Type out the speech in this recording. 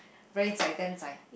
very zai damn zai